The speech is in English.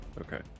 okay